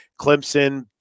Clemson